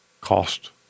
Cost